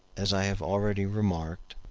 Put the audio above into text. as i have already remarked,